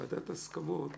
ועדת ההסכמות